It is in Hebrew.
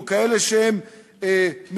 או כאלה שהם מסוכנים,